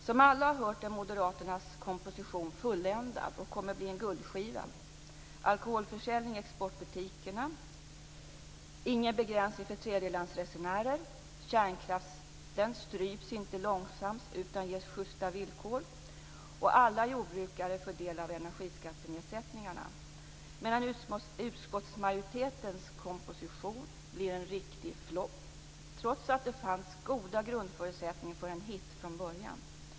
Som alla har hört är Moderaternas komposition fulländad och kommer att bli en guldskiva - alkoholförsäljning i exportbutikerna, ingen begränsning för tredjelandsresenärer, kärnkraften stryps inte långsamt utan ges schysta villkor och alla jordbrukare får del av energiskattenedsättningarna - medan utskottsmajoritetens komposition blir en riktig flopp, trots att det fanns goda grundförutsättningar för en hit från början.